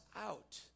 out